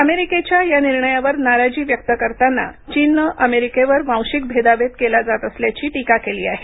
अमेरिकेच्या या निर्णयावर नाराजी व्यक्त करताना चीनने अमेरिकेवर वांशिक भेदाभेद केला जात असल्याची टीका केली आहे